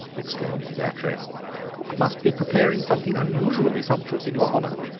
exclaimed mrs. attray cook must be preparing something unusually sumptuous in your honour.